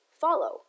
follow